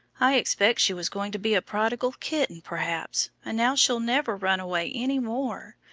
i expect she was going to be a prodigal kitten, perhaps, and now she'll never run away any more.